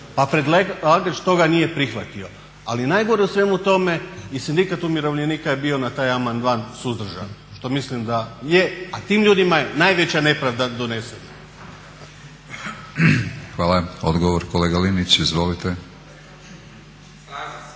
Pa predlagač toga nije prihvatio. Ali je najgore u svemu tome i sindikat umirovljenika je bio na taj amandman suzdržan što mislim da je, a tim ljudima je najveća nepravda donesena. **Batinić, Milorad